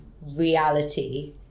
reality